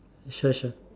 sure sure